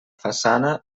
façana